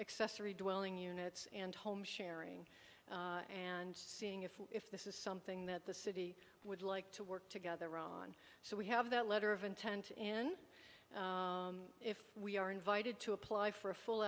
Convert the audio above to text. three dwelling units and home sharing and seeing if if this is something that the city would like to work together on so we have that letter of intent and if we are invited to apply for a full